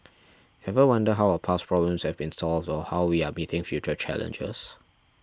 ever wonder how our past problems have been solved or how we are meeting future challenges